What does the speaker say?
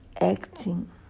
acting